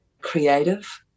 creative